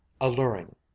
alluring